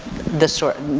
this sort,